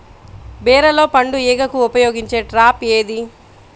బీరలో పండు ఈగకు ఉపయోగించే ట్రాప్ ఏది?